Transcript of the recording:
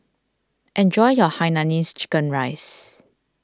enjoy your Hainanese Chicken Rice